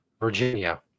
Virginia